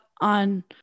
on